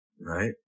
Right